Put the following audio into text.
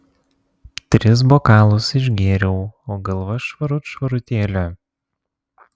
tris bokalus išgėriau o galva švarut švarutėlė